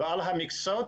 ועל המכסות.